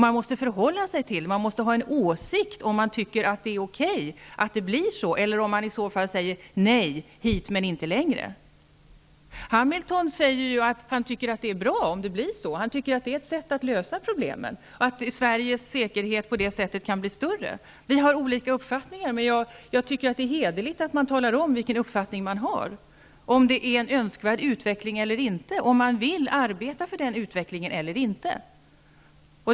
Man måste förhålla sig till den frågan; man måste ha en åsikt i den -- om man tycker att det är okej att det blir så eller om man i så fall säger: hit men inte längre. Hamilton säger ju att han tycker att det är bra om det blir så; han tycker att det är ett sätt att lösa problemen och att Sveriges säkerhet på det sättet kan bli större. Vi har olika uppfattningar, men jag tycker att det är hederligt att man talar om vilken uppfattning man har -- om det är en önskvärd utveckling eller inte och om man vill arbeta för den utvecklingen eller inte.